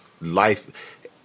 life